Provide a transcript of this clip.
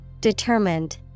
Determined